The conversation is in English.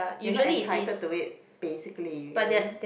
you're not entitled to it basically you get what I mean